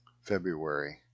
February